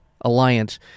alliance